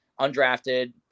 undrafted